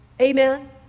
Amen